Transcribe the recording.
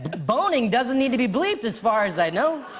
boning doesn't need to be bleeped, as far as i know.